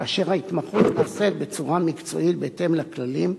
כאשר ההתמחות נעשית בצורה מקצועית בהתאם לכללים,